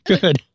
good